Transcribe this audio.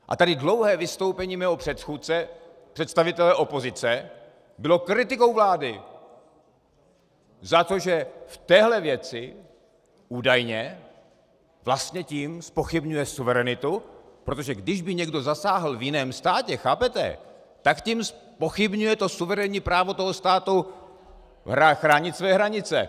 A tady dlouhé vystoupení mého předchůdce, představitele opozice, bylo kritikou vlády za to, že v téhle věci, údajně, vlastně tím zpochybňuje suverenitu, protože když by někdo zasáhl v jiném státě, chápete?, tak tím zpochybňuje suverénní právo toho státu chránit své hranice.